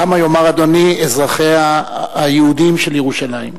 למה יאמר אדוני אזרחיה היהודים של ירושלים?